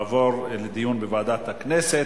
תעבורנה לדיון בוועדת הכנסת,